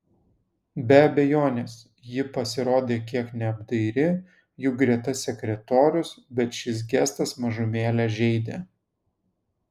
be abejonės ji pasirodė kiek neapdairi juk greta sekretorius bet šis gestas mažumėlę žeidė